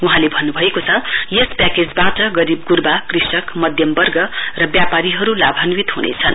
वहाँले भन्नुभएको छ यस प्याकेजबाट गरीब गुर्ना कृषक मध्यमवर्ग र व्यापारीहरु लाभान्वित हुनेछन्